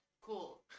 Cool